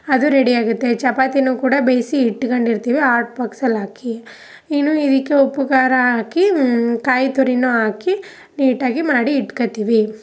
ಅದು ರೆಡಿಯಾಗುತ್ತೆ ಚಪಾತಿನೂ ಕೂಡ ಬೇಯಿಸಿ ಇಟ್ಕೊಂಡಿರ್ತಿವಿ ಆಟ್ ಬಾಕ್ಸಲ್ಲಾಕಿ ಇನ್ನು ಇದಕ್ಕೆ ಉಪ್ಪು ಖಾರ ಹಾಕಿ ಕಾಯಿ ತುರಿನೂ ಹಾಕಿ ನೀಟಾಗಿ ಮಾಡಿ ಇಟ್ಕೊಳ್ತೀವಿ